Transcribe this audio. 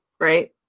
right